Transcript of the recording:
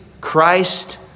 Christ